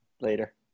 later